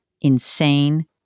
insane